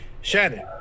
Shannon